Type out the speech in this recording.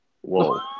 Whoa